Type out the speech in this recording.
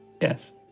Yes